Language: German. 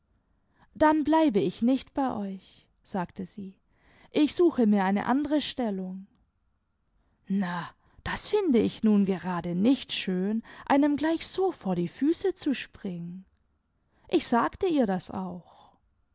dann bleibe ich nicht bei euch sagte sie ich suche nur eine andere stellimg na das finde ich nun gerade nicht schön einem gleich so vor die füße zu springen ich sagte ihr das auch